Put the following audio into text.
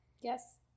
yes